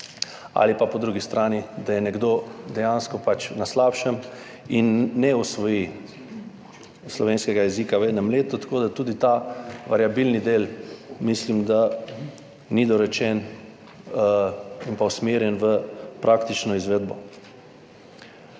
ali pa po drugi strani, da je nekdo dejansko pač na slabšem in ne osvoji slovenskega jezika v enem letu. Tako da tudi ta variabilni del, mislim, da ni dorečen in pa usmerjen v praktično izvedbo.